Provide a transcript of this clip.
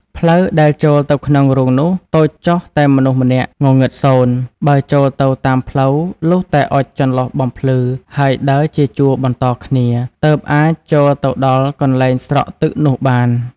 ផ្លូវ ដែលចូលទៅក្នុងរូងនោះតូចចុះតែមនុស្សម្នាក់ងងឹតសូន្យ, បើចូលទៅតាមផ្លូវលុះតែអុជចន្លុះបំភ្លឺ ហើយដើរ ជាជួរបន្តគ្នា ទើបអាចចូលទៅដល់កន្លែងស្រក់ទឹកនោះបាន ។